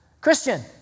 Christian